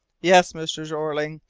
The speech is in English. yes, mr. jeorling,